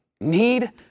need